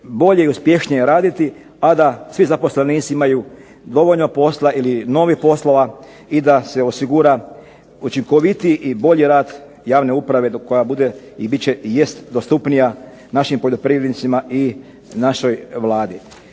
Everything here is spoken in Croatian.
bolje i uspješnije raditi, a da svi zaposlenici imaju dovoljno posla ili novih poslova i da se osigura učinkovitiji i bolji rad javne uprave koja bude i bit će i jest dostupnija našim poljoprivrednicima i našoj Vladi.